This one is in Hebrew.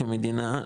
כמדינה,